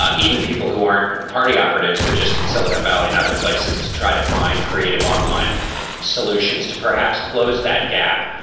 ah even people who aren't party operatives, but just in silicon valley and other places, to try to find creative online solutions to perhaps close that gap,